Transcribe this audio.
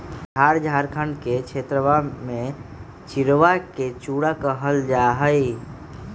बिहार झारखंड के क्षेत्रवा में चिड़वा के चूड़ा कहल जाहई